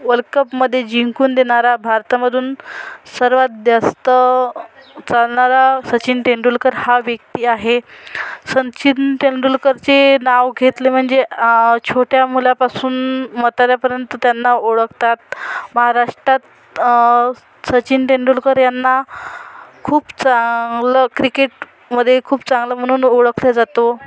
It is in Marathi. वर्ल्डकपमध्ये जिंकून देणारा भारतामधून सर्वात जास्त चालणारा सचिन तेंडुलकर हा व्यक्ती आहे सचिन तेंडुलकरचे नाव घेतले म्हणजे छोट्या मुलापासून म्हाताऱ्यापर्यंत त्यांना ओळखतात महाराष्ट्रात सचिन तेंडुलकर यांना खूप चांगलं क्रिकेटमध्ये खूप चांगलं म्हणून ओळखलं जातो